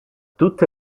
tutte